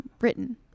Written